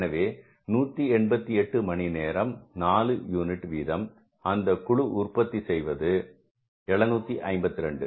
எனவே 188 மணி நேரம் 4 யூனிட் வீதம் அந்த குழு உற்பத்தி செய்வது 752